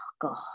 God